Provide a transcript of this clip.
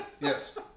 yes